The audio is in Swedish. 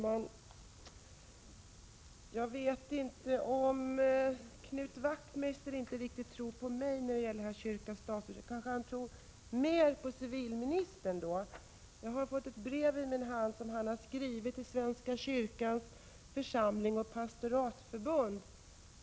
Herr talman! Om Knut Wachtmeister inte riktigt tror på mig när det gäller kyrka-stat-frågan, kanske han tror mer på civilministern. Jag har fått ett brev i min hand som civilministern har skrivit till Svenska kyrkans församlingsoch pastoratsförbund.